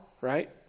right